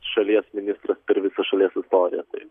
šalies ministras per visą šalies istoriją